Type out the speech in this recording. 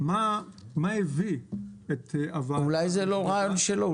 אולי זה לא רעיון שלו.